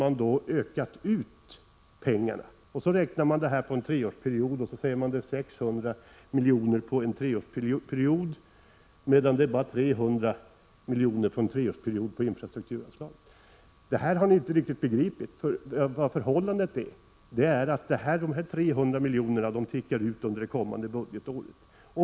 Man menar vidare att motsvarande överföringar skall göras under en treårsperiod, dvs. sammanlagt 600 milj.kr. På infrastrukturanslaget står emellertid bara 300 milj.kr. till förfogande under en treårsperiod. Ni har inte riktigt begripit de här förhållandena. I själva verket kommer 300 milj.kr. att falla ut under det kommande budgetåret.